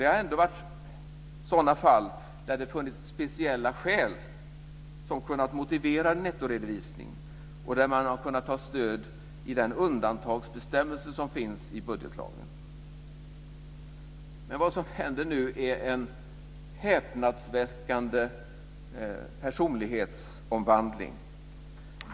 Det har ändå varit sådana fall där det funnits speciella skäl som kunnat motivera en nettoredovisning och där man har kunnat ta stöd i den undantagsbestämmelse som finns i budgetlagen. Men vad som nu händer är en häpnadsväckande personlighetsomvandling.